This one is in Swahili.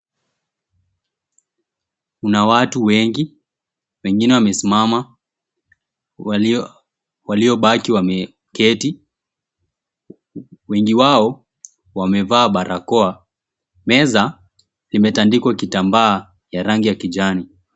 Kuna watu wengi wengine wamesimama waliobaki wameketi wengi wao wamevaa barakoa. Meza imetandikwa kitambaa ya rangi ya kijani.